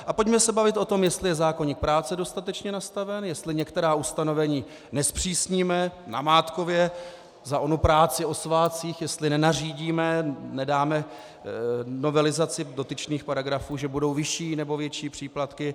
A pojďme se bavit o tom, jestli je zákoník práce dostatečně nastaven, jestli některá ustanovení nezpřísníme, namátkově, za onu práci ve svátcích, jestli nenařídíme, nedáme novelizaci dotyčných paragrafů, že budou vyšší nebo větší příplatky.